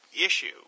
issue